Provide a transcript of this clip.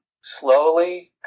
slowly